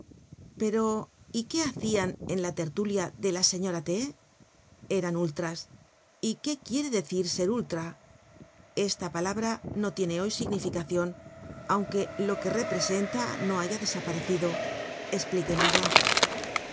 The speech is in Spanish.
pero y qué hacian en la tertulia de la señora t eran ultras y qué quiere decir ser ultra esta palabra no tiene hoy significacion aunque lo que representa no haya desaparecido espliquémosla